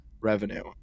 revenue